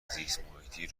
زیستمحیطی